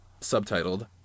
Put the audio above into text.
Subtitled